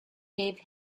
gave